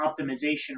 optimization